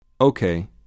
Okay